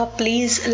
please